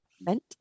meant